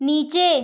नीचे